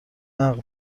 عقد